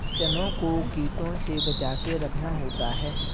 चनों को कीटों से बचाके रखना होता है